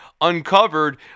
uncovered